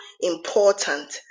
important